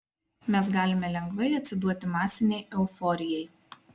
mes galime lengvai atsiduoti masinei euforijai